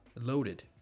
loaded